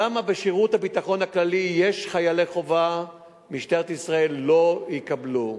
למה בשירות הביטחון הכללי יש חיילי חובה ומשטרת ישראל לא יקבלו?